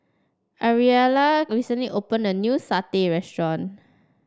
Ariella recently opened a new Satay restaurant